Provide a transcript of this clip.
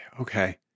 okay